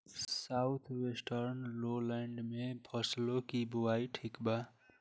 South western lowland में फसलों की बुवाई ठीक बा?